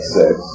six